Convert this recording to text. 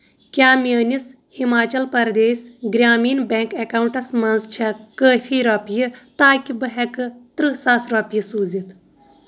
کیٛاہ میٲنِس Himachal Pradesh Gramin bank accounts منٛز چھا کٲفی رۄپیہِ تاکہِ بہٕ ہٮ۪کہٕ ترٕٛہ ساس رۄپیہِ سوٗزِتھ؟